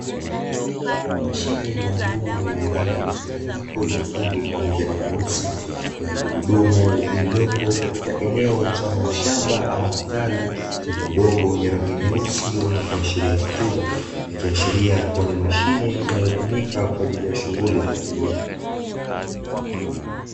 Mashine maalumu yenye rangi mchanganyiko nyekundu pamoja na nyeusi, yenye gurudumu lililopo katika eneo mfano wa shamba ama kitalu chenye udongo wenye rangi nyeusi wenye kuashiria rutuba. Ikiashiria kuwa ni mashine inayotumika kwa ajili ya shughuli za kilimo.